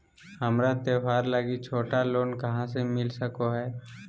हमरा त्योहार लागि छोटा लोन कहाँ से मिल सको हइ?